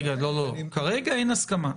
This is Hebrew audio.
לא, לא, כרגע אין הסכמה.